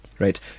right